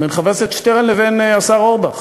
בין חבר הכנסת שטרן לבין השר אורבך.